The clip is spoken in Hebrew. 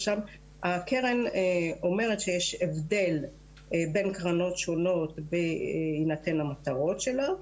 הקרן אומרת שיש הבדל בין קרנות שונות בהינתן המטרות שלה,